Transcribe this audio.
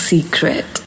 Secret